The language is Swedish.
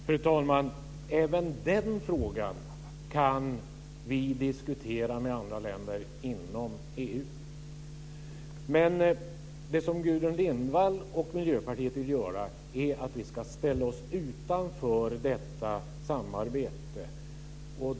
Fru talman! Även den frågan kan vi diskutera med andra länder inom EU. Men det som Gudrun Lindvall och Miljöpartiet vill att vi ska göra är att ställa oss utanför detta samarbete.